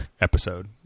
episode